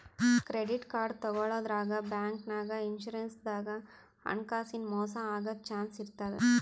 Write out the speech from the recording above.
credit card ತಗೋಳಾದ್ರಾಗ್, ಬ್ಯಾಂಕ್ನಾಗ್, insurance ದಾಗ್ ಹಣಕಾಸಿನ್ ಮೋಸ್ ಆಗದ್ ಚಾನ್ಸ್ ಇರ್ತದ್